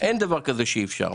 אין דבר כזה שאי אפשר.